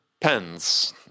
pens